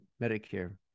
Medicare